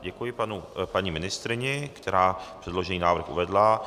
Děkuji paní ministryni, která předložený návrh uvedla.